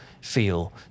feel